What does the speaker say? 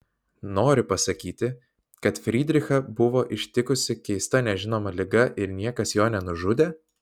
nori pasakyti kad frydrichą buvo ištikusi keista nežinoma liga ir niekas jo nenužudė